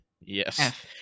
Yes